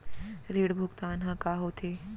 ऋण भुगतान ह का होथे?